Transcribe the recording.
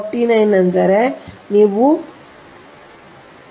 ಆದ್ದರಿಂದ √49 ಅಂದರೆ ನೀವು √49 ಮೂಲವನ್ನು ಸರಿಯಾಗಿ ತೆಗೆದುಕೊಳ್ಳಬೇಕು